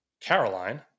Caroline